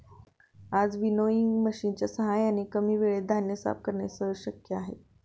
आज विनोइंग मशिनच्या साहाय्याने कमी वेळेत धान्य साफ करणे सहज शक्य आहे